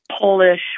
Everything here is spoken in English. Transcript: Polish